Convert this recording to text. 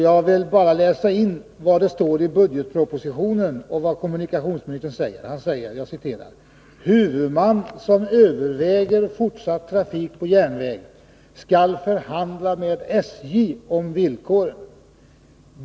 Jag vill till protokollet bara läsa in vad kommunikationsministern säger i budgetpropositionen: ”Huvudman som överväger fortsatt trafik på järnväg skall förhandla med SJ om villkoren.